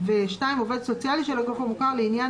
עובד סוציאלי של הגוף המוכר לעניין